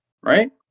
right